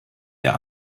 der